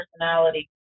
personality